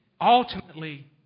ultimately